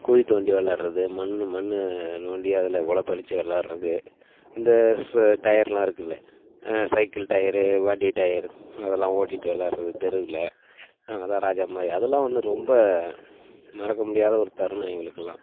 குழி தோண்டி விளாட்றது மண் மண்ண நோண்டி அதில் ஒலை பறிச்சு விளாட்றது இந்த ஸ் டயர்லாம் இருக்குல்ல சைக்கிள் டயரு வண்டி டயரு அதெலாம் ஓட்டிகிட்டு விளாட்றது தெருவில் நாங்க தான் ராஜா மாதிரி அதெலாம் வந்து ரொம்ப மறக்க முடியாத ஒரு தருணம் எங்களுக்குலாம்